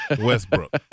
Westbrook